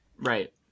Right